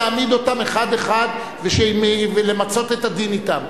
להעמיד אותם אחד-אחד ולמצות את הדין אתם.